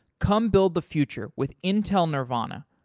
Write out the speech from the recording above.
come build the future with intel nervana.